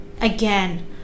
again